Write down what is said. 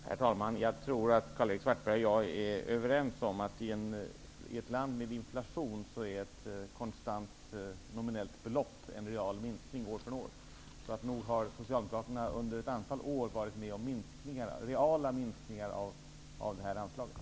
Herr talman! Jag tror att Karl-Erik Svartberg och jag är överens om att i ett land med inflation är ett konstant nominellt belopp en real minskning år från år. Så nog har Socialdemokraterna under ett antal år varit med om reala minskningar av det här anslaget.